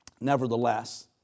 Nevertheless